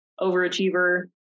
overachiever